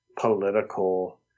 political